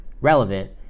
relevant